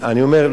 אני אומר,